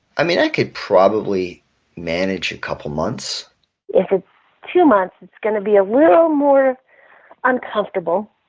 i mean, i could probably manage a couple months if it's two months, it's going to be a little more uncomfortable.